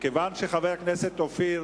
מכיוון שחבר הכנסת אופיר